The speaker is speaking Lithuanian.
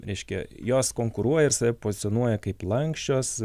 reiškia jos konkuruoja ir save pozicionuoja kaip lanksčios